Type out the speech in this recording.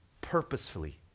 purposefully